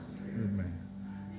Amen